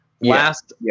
Last